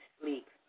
sleep